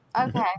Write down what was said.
okay